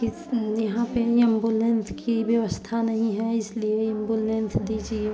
किस यहाँ पर एम्बुलेंस की व्यवस्था नहीं है इसलिए एम्बुलेंस दीजिए